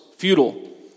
Futile